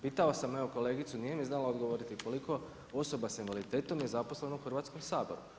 Pitao sam evo kolegicu i nije mi znala odgovoriti koliko osoba s invaliditetom je zaposleno u Hrvatskom saboru.